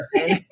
Okay